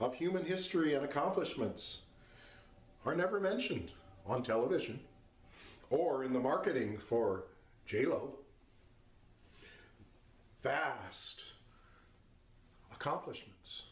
of human history of accomplishments are never mentioned on television or in the marketing for j lo fast accomplishments